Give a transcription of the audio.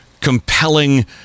compelling